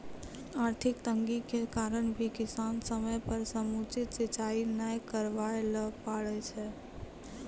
आर्थिक तंगी के कारण भी किसान समय पर समुचित सिंचाई नाय करवाय ल पारै छै